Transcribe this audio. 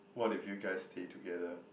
what if you guys stay together